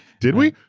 did we?